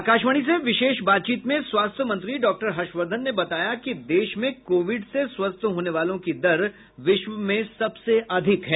आकाशवाणी से विशेष बातचीत में स्वास्थ्य मंत्री डॉक्टर हर्षवर्धन ने बताया कि देश में कोविड से स्वस्थ होने वालों की दर विश्व में सबसे अधिक है